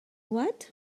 what